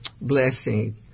blessing